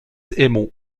émaux